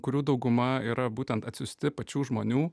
kurių dauguma yra būtent atsiųsti pačių žmonių